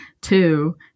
Two